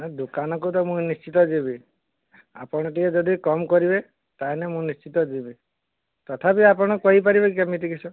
ନାହିଁ ଦୋକାନକୁ ତ ମୁଁ ନିଶ୍ଚିତ ଯିବି ଆପଣ ଟିକେ ଯଦି କମ୍ କରିବେ ତାହେଲେ ମୁଁ ନିଶ୍ଚିତ ଯିବି ତଥାପି ଆପଣ କହିପାରିବେ କେମିତି କିସ